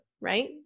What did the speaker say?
right